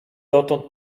dotąd